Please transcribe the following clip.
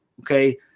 Okay